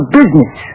business